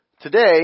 Today